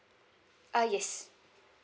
uh yes